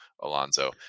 Alonzo